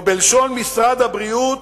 או בלשון משרד הבריאות,